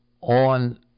on